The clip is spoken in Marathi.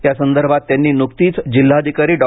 या संदर्भात त्यांनी न्कतीच जिल्हाधिकारी डॉ